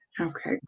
okay